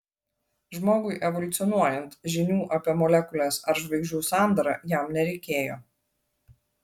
žmogui evoliucionuojant žinių apie molekules ar žvaigždžių sandarą jam nereikėjo